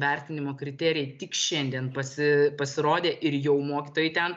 vertinimo kriterijai tik šiandien pasi pasirodė ir jau mokytojai ten